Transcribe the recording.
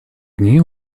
дней